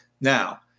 Now